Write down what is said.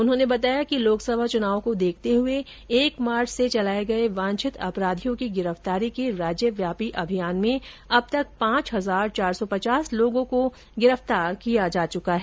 उन्होंने बताया कि लोकसभा चुनाव को देखते हए एक मार्च से चलाये गये वांछित अपराधियों की गिरफ्तारी के राज्यव्यापी अभियान में अब तक पांच हजार चार सौ पचास लोगों को गिरफ्तार किया जा चुका है